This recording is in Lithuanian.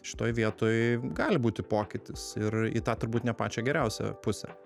šitoj vietoj gali būti pokytis ir į tą turbūt ne pačią geriausią pusę